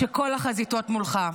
כשכל החזיתות מולך.